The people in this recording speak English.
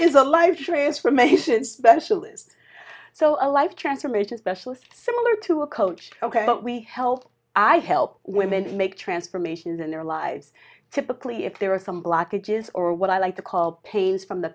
is a life transformation special so a life transformation specialist similar to a coach ok but we help i help women to make transformation in their lives typically if there are some blockages or what i like to call pains from the